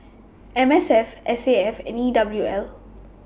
M S F S A F and E W L